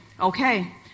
Okay